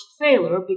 failure